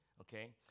Okay